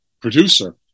producer